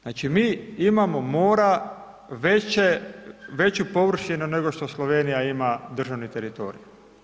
Znači mi imamo mora, veću površinu nego što Slovenija ima državni teritorij.